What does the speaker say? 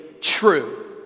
true